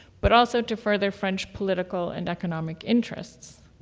but also to further french political and economic interests.